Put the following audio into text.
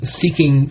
seeking